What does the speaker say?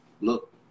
look